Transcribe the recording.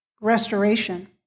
restoration